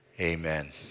amen